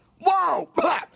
whoa